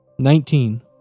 Nineteen